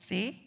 See